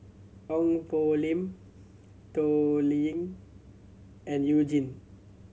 Ong Poh Lim Toh Liying and You Jin